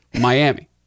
Miami